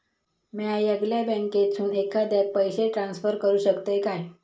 म्या येगल्या बँकेसून एखाद्याक पयशे ट्रान्सफर करू शकतय काय?